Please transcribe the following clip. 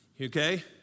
Okay